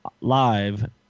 live